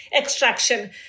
extraction